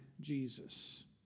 Jesus